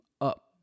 up